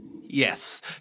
Yes